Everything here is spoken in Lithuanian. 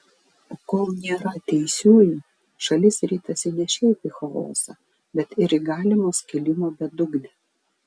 o kol nėra teisiųjų šalis ritasi ne šiaip į chaosą bet ir į galimo skilimo bedugnę